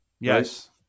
Yes